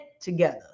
together